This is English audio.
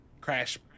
Crash